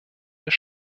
des